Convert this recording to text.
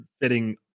fitting